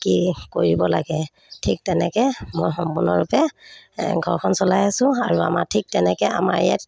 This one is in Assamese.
কি কৰিব লাগে ঠিক তেনেকৈ মই সম্পূৰ্ণৰূপে ঘৰখন চলাই আছোঁ আৰু আমাৰ ঠিক তেনেকৈ আমাৰ ইয়াত